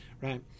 right